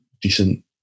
decent